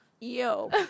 Yo